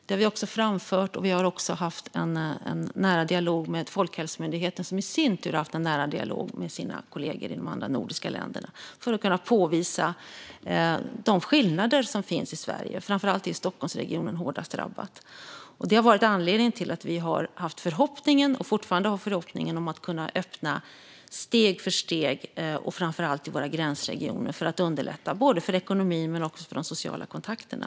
Detta har vi framfört, och vi haft en nära dialog med Folkhälsomyndigheten som i sin tur har haft en nära dialog med sina kollegor i de andra nordiska länderna för att kunna påvisa de skillnader som finns i Sverige. Framför allt är ju Stockholmsregionen hårdast drabbad. Detta har varit anledningen till att vi har haft, och fortfarande har, förhoppningen om att kunna öppna steg för steg, framför allt i våra gränsregioner, för att underlätta både för ekonomin och för de sociala kontakterna.